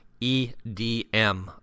EDM